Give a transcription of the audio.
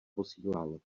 posílal